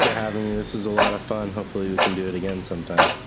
having me. this is a lot of fun. hopefully, we can do it again sometime.